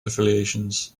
affiliations